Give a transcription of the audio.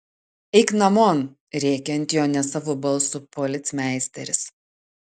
eik namon rėkia ant jo nesavu balsu policmeisteris